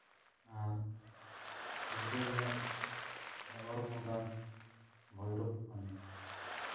ᱟᱨ ᱥᱤᱞᱫᱟᱹ ᱨᱮᱭᱟᱜ ᱚᱲᱜᱚᱸᱫᱟ ᱵᱷᱳᱭᱨᱚᱵᱽ ᱛᱷᱟᱱ